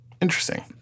Interesting